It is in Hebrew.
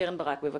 קרן ברק, בבקשה.